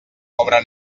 pobre